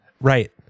right